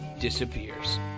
disappears